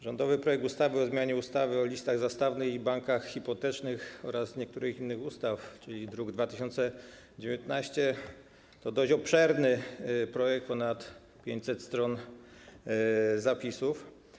Rządowy projekt ustawy o zmianie ustawy o listach zastawnych i bankach hipotecznych oraz niektórych innych ustaw, druk nr 2019, to dość obszerny projekt, liczący ponad 500 stron zapisów.